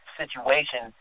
situation